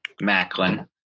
Macklin